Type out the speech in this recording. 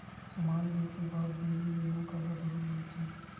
समान ले के बाद बिल लेना काबर जरूरी होथे?